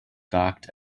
docked